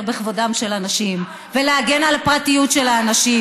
בכבודם של אנשים ולהגן על הפרטיות של האנשים,